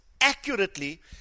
accurately